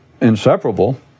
inseparable